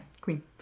queen